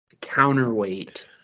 counterweight